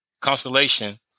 Constellation